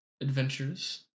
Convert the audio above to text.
adventures